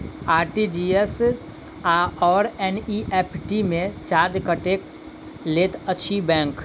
RTGS आओर NEFT मे charge कतेक लैत अछि बैंक?